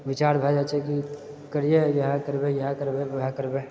विचार भए जाइत छै कि करिऐ इएह करबै इएह ओएह करबै